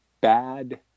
bad